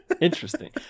Interesting